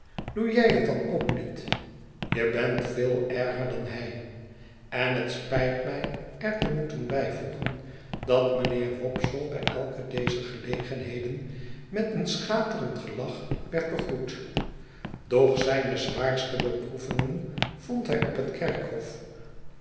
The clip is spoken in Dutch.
doe jij het dan ook niet je bent veel erger dan hij en het spijt mij er te moeten bijvoegen dat mynheer wopsle bij elk dezer gelegenheden met een schaterend gelach werd begroet doch zijne zwaarste beproevingen vond hij op het kerkhof